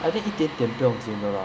I think 一点点不用紧的 lah